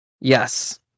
Yes